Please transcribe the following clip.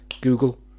Google